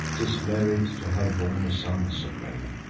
t is merit to have borne a son so brave.